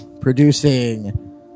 producing